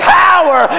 power